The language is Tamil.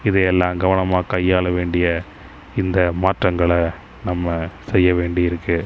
இதை எல்லாம் கவனமாக கையாள வேண்டிய இந்த மாற்றங்களை நம்ம செய்ய வேண்டியிருக்குது